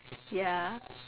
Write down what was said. ya